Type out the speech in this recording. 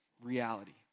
reality